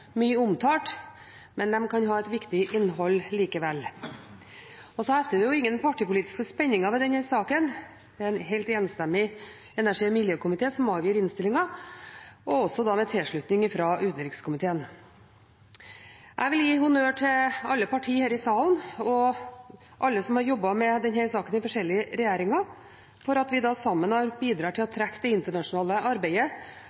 mye omtalt, men de kan ha et viktig innhold likevel. Og så hefter det jo ingen partipolitiske spenninger ved denne saken, det er en helt enstemmig energi- og miljøkomité som avgir innstillingen, også da med tilslutning fra utenrikskomiteen. Jeg vil gi honnør til alle partier her i salen og alle som har jobbet med denne saken i forskjellige regjeringer, for at vi sammen bidrar til å trekke det internasjonale arbeidet